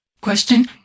Question